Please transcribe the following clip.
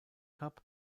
cup